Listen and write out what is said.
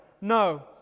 no